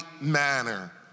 manner